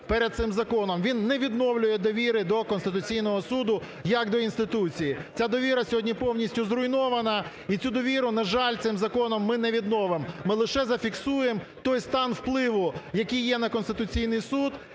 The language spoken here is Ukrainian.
перед цим законом. Він не відновлює довіри до Конституційного Суду як до інституції. Ця довіра сьогодні повністю зруйнована. І цю довіру, на жаль, цим законом ми не відновимо. Ми лише зафіксуємо той стан впливу, який є на Конституційний Суд,